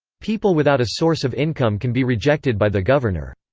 people without a source of income can be rejected by the governor.